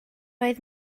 oedd